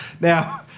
Now